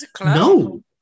no